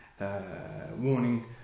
Warning